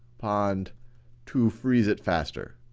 um and to freeze it faster.